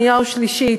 שנייה ושלישית.